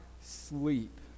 sleep